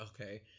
Okay